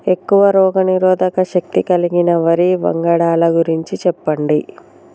ఎక్కువ రోగనిరోధక శక్తి కలిగిన వరి వంగడాల గురించి చెప్పండి?